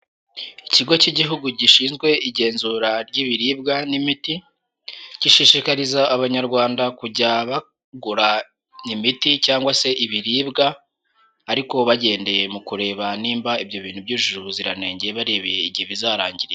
Ikigo cy'igihugu gishinzwe igenzura ry'ibiribwa n'imiti gishishikariza abanyarwanda kujya bagura imiti cyangwa se ibiribwa ariko bagendeye mu kureba nimba ibyo bintu byujuje ubuziranenge barebe igihe bizarangirira.